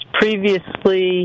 previously